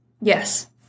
Yes